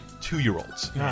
two-year-olds